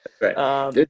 Right